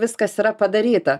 viskas yra padaryta